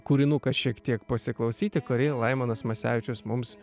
kūrinuką šiek tiek pasiklausyti kurį laimonas masevičius mums